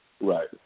Right